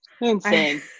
insane